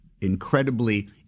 incredibly